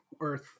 earth